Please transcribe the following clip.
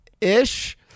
ish